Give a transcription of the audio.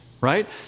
right